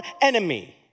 enemy